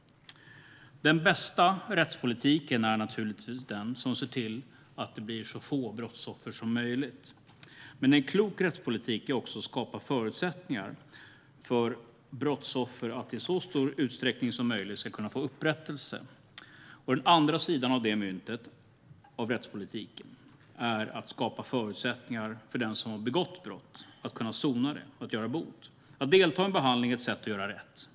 Den bästa rättspolitiken är naturligtvis den som ser till att det blir så få brottsoffer som möjligt. Men en klok rättspolitik är också att skapa förutsättningar för att brottsoffer i så stor utsträckning som möjligt ska kunna få upprättelse. Den andra sidan av myntet i rättspolitiken är att skapa förutsättningar för den som har begått brott att sona det och att göra bot. Att delta i en behandling är ett sätt att göra rätt.